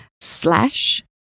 slash